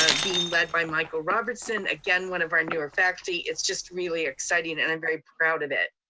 ah being led by michael robertson, again, one of our newer faculty, it's just really exciting and i'm very proud of it.